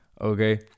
okay